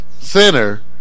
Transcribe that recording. center